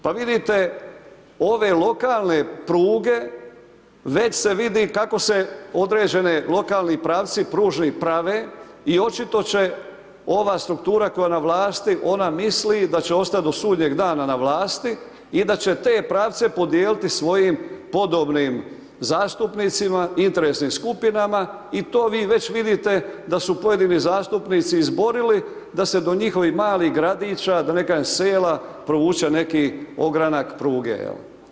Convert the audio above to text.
Pa vidite ove lokalne pruge već se vidi kako se određeni lokalni pravci pružni prave i očito je ova struktura koja je na vlasti ona misli da će ostati do sudnjeg dana na vlasti i da će te pravce podijeliti svojim podobnim zastupnicima, interesnim skupinama i to vi već vidite da su pojedini zastupnici izborili da se do njihovih malih gradića da ne kažem sela provuče neki ogranak pruge.